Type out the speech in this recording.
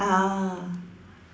ah